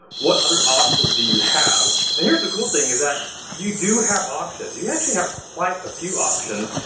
what other options do you have. and here's the cool thing is that you do have options. you you actually have quite a few options,